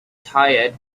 tired